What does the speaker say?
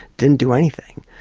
didn't do anything,